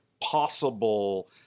possible